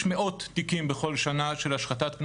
יש מאות תיקים בכול שנה של השחתת פני